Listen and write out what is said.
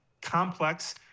complex